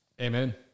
Amen